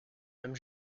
même